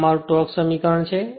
તો આ મારું ટોર્ક સમીકરણ છે